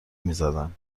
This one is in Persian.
میزدن